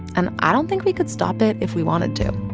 and i don't think we could stop it if we wanted to